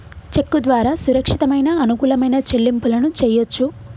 చెక్కు ద్వారా సురక్షితమైన, అనుకూలమైన చెల్లింపులను చెయ్యొచ్చు